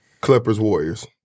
Clippers-Warriors